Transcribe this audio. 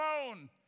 alone